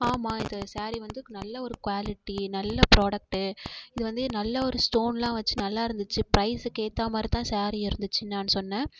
ஆமாம் இது சாரீ வந்து நல்ல ஒரு குவாலிட்டி நல்ல ப்ராடக்ட்டு இது வந்து நல்ல ஒரு ஸ்டோன்லாம் வச்சு நல்லாருந்துச்சு ப்ரைஸுக்குகேற்றா மாதிரி தான் சாரீ இருந்துச்சு நான் சொன்னேன்